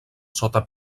sota